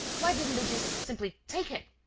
why didn't they just simply take it?